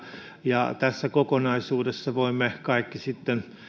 ja tässä kokonaisuudessa voimme kaikki sitten